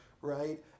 right